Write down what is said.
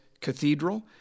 Cathedral